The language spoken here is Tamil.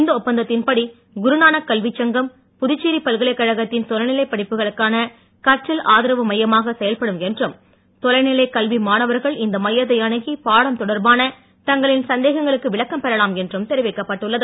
இந்த ஒப்பந்தத்தின்படி குருநானக் கல்விச் சங்கம் புதுச்சேரி பல்கலைக் கழகத்தின் தொலை நிலை படிப்புகளுக்கான கற்றல் ஆதரவு மையமாக செயல்படும் என்றும் தொலைநிலைக் கல்வி மாணவர்கள் இந்த மையத்தை அணுகி பாடம் தொடர்பான தங்களின் சந்தேகங்களுக்கு விளக்கம் பெறலாம் என்றும் தெரிவிக்கப்பட்டு உள்ளது